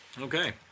Okay